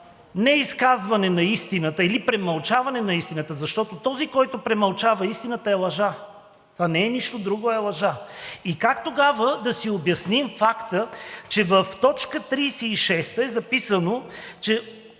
неизказване на истината или премълчаване на истината, защото този, който премълчава истината, е лъжец. Това не е нищо друго, а е лъжа. И как тогава да си обясним факта, че в т. 36 е записано: